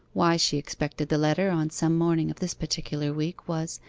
why she expected the letter on some morning of this particular week was,